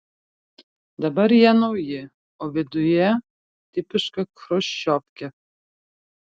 dabar jie nauji o viduje tipiška chruščiovkė